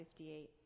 58